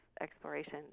Exploration